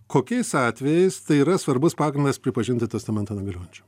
kokiais atvejais tai yra svarbus pagrindas pripažinti testamentą negaliojančiu